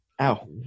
Ow